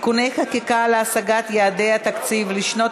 (תיקוני חקיקה להשגת יעדי התקציב לשנות